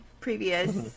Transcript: previous